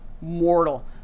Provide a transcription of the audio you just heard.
mortal